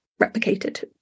replicated